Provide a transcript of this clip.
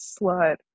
slut